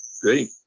great